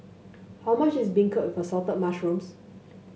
how much is beancurd with Assorted Mushrooms